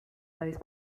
those